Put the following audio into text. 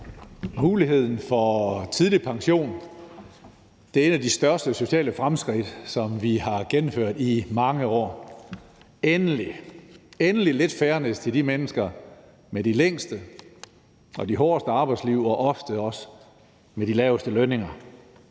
Muligheden for tidlig pension er et af de største sociale fremskridt, vi har gennemført i mange år. Endelig, endelig lidt fairness til de mennesker med de længste og de hårdeste arbejdsliv og ofte også med de laveste lønninger.